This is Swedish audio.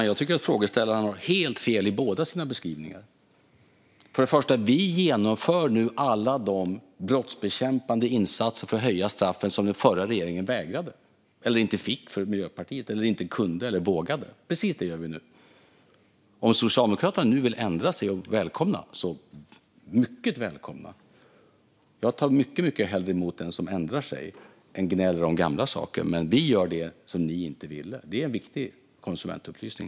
Herr talman! Jag tycker att frågeställaren har helt fel i båda sina beskrivningar. För det första genomför vi nu alla de brottsbekämpande insatser för att höja straffen som den förra regeringen vägrade att göra, eller inte fick göra för Miljöpartiet, eller inte kunde eller inte vågade. Precis detta gör vi nu. Om Socialdemokraterna nu vill ändra sig är ni mycket välkomna. Jag tar mycket hellre emot den som ändrar sig än den som gnäller om gamla saker. Men vi gör det som ni inte ville göra. Det är en viktig konsumentupplysning.